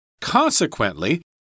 Consequently